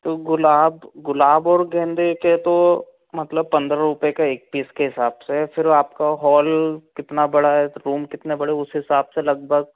तो गुलाब गुलाब और गेंदे के तो मतलब पंद्रह रुपये का एक पीस के हिसाब से फिर आपका हॉल कितना बड़ा एक रूम कितने बड़े उस हिसाब से लगभग